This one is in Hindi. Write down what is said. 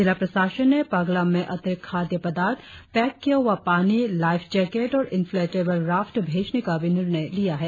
जिला प्रशासन ने पगलम में अतिरिक्त खाद्य पदार्थ पैक किया हुआ पानी लाइफ जैकेट और इंफ्लेटेबल राफ्ट भेजने का भी निर्णय लिया है